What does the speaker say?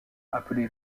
appelée